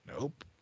Nope